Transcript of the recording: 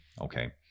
okay